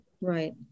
Right